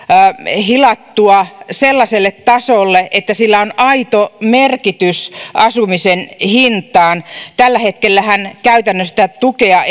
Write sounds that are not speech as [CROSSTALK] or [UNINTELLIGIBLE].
hilattua sellaiselle tasolle että sillä on aito merkitys asumisen hinnalle tällä hetkellähän käytännössä sitä tukea [UNINTELLIGIBLE]